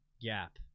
gap